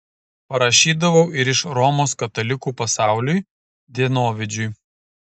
parašydavau ir iš romos katalikų pasauliui dienovidžiui